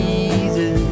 easy